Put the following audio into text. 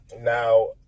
now